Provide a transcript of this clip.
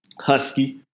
husky